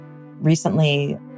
Recently